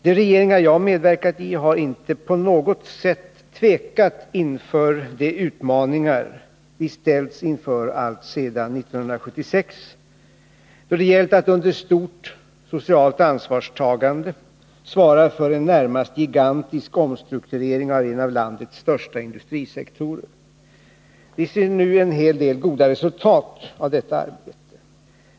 De regeringar jag medverkat i har inte på något sätt tvekat inför de utmaningar vi ställts inför alltsedan 1976 då det gällt att under stort socialt ansvarstagande svara för en närmast gigantisk omstrukturering av en av landets största industrisektorer. Viser nu en hel del goda resultat av detta arbete.